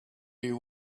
you